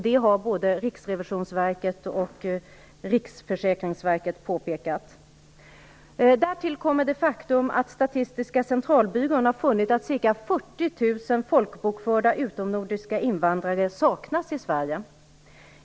Det har både Riksrevisionsverket och Riksförsäkringsverket påpekat. Därtill kommer det faktum att Statistiska centralbyrån har funnit att ca 40 000 folkbokförda utomnordiska invandrare saknas i Sverige.